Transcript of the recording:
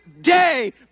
day